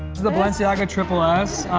the balenciaga triple s,